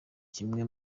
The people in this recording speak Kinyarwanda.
kimwe